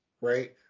right